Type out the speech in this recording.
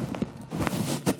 בבקשה,